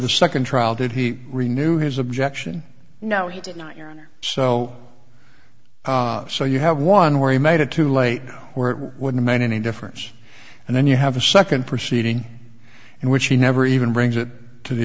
the second trial did he really knew his objection no he did not your honor so so you have one where he made it too late now where it wouldn't make any difference and then you have a second proceeding and which he never even brings it to the